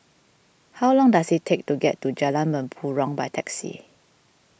how long does it take to get to Jalan Mempurong by taxi